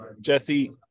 Jesse